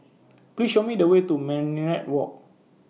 Please Show Me The Way to Minaret Walk